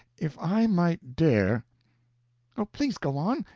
if i might dare oh, please go on!